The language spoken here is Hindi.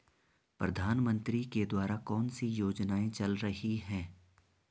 प्रधानमंत्री के द्वारा कौनसी योजनाएँ चल रही हैं?